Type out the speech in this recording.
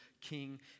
King